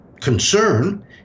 concern